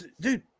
dude